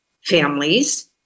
families